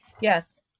Yes